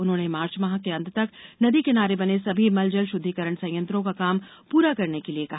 उन्होंने मार्च माह के अंत तक नदी किनारे बने सभी मलजल षुद्धिकरण संयंत्रों का काम पूरा करने के लिए कहा